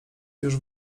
już